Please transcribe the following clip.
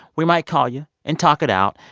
we might call you and talk it out.